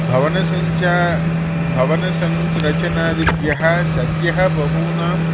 भवनसञ्चा भवनसंरचनादिभ्यः सद्यः बहूनां